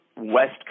West